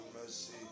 mercy